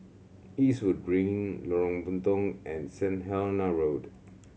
Eastwood Green Lorong Puntong and Saint Helena Road